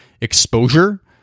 exposure